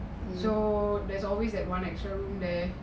so there's always that one extra room there